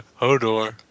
Hodor